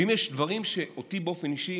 ואם יש דברים שבאופן אישי